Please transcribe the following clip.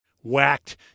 whacked